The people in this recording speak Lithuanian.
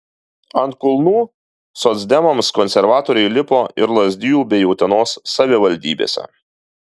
ant kulnų socdemams konservatoriai lipo ir lazdijų bei utenos savivaldybėse